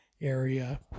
area